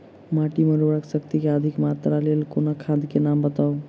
माटि मे उर्वरक शक्ति केँ अधिक मात्रा केँ लेल कोनो खाद केँ नाम बताऊ?